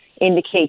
indicate